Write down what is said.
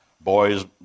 boys